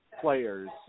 players